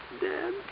dead